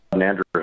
Andrew